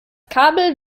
kabel